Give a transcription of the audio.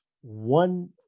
one